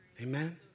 Amen